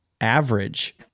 AVERAGE